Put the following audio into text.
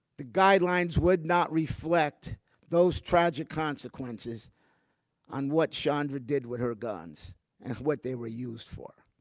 the guidelines would not reflect those tragic consequences on what chandra did with her guns and what they were used for.